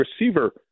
receiver